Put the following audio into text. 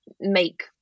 make